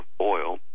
oil